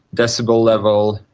decibel level,